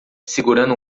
segurando